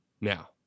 Now